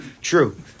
True